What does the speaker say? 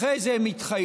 אחרי זה הם מתחיילים,